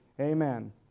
amen